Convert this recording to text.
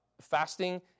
Fasting